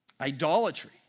Idolatry